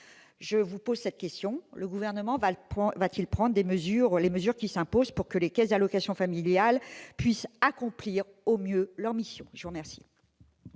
a moins de tout, le Gouvernement va-t-il prendre les mesures qui s'imposent pour que les caisses d'allocations familiales puissent accomplir au mieux leurs missions ? La parole